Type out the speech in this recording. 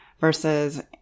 versus